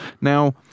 Now